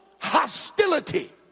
Hostility